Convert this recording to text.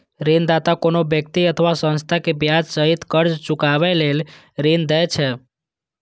ऋणदाता कोनो व्यक्ति अथवा संस्था कें ब्याज सहित कर्ज चुकाबै लेल ऋण दै छै